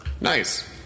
Nice